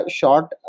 short